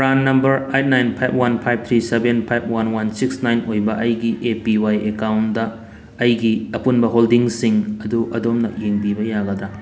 PRAN number eight nine five one five three seven five one one six nine ꯑꯣꯏꯕ ꯑꯩꯒꯤ A P Y ꯑꯦꯀꯥꯎꯟꯗ ꯑꯩꯒꯤ ꯑꯄꯨꯟꯕ ꯍꯣꯜꯗꯤꯡꯁꯤꯡ ꯑꯗꯨ ꯑꯗꯣꯝꯅ ꯌꯦꯡꯕꯤꯕ ꯌꯥꯒꯗ꯭ꯔꯥ